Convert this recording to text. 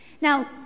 Now